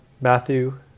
Matthew